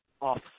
off